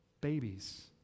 babies